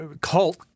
cult